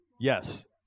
Yes